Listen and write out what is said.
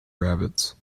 rabbits